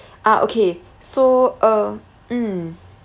ah okay so uh hmm